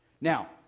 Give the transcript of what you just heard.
Now